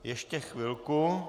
Ještě chvilku.